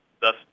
Thus